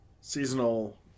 seasonal